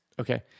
Okay